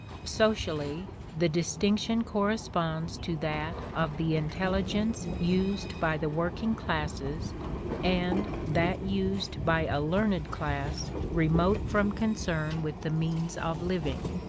socially, the distinction corresponds to that of the intelligence used by the working classes and that used by a learned class remote from concern with the means of living.